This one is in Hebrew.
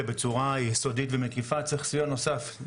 בצורה יסודית ומקיפה צריך סיוע נוסף,